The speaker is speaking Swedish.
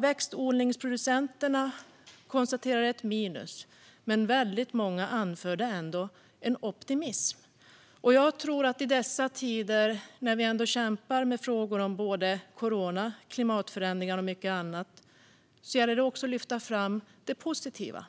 Växtodlingsproducenterna konstaterade ett minus, men väldigt många anförde ändå en optimism. I dessa tider, när vi kämpar med frågor om corona, klimatförändringar och mycket annat, gäller det också att lyfta fram det positiva.